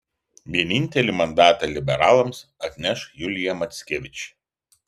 vienintelį mandatą liberalams atneš julija mackevič